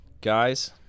Guys